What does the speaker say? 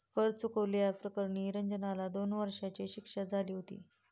कर चुकवल्या प्रकरणी रंजनला दोन वर्षांची शिक्षा झाली होती